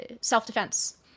self-defense